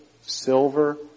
silver